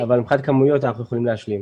אבל מבחינת כמויות אנחנו יכולים להשלים,